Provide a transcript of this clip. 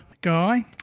guy